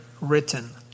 written